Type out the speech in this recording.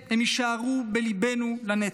הם יישארו בליבנו לנצח,